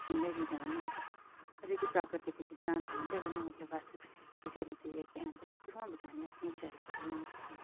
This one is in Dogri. इं'नें चीजें कन्नै अस जेह्की प्राकृतिक चीजां हैन इ'दे कन्नै मतलब अस किश बी चीजां जेह्कियां हैन ते अस कुत्थुआं बचानियां अस निं बचाई सकदे आं इ'नें चीजें गी